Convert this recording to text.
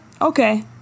Okay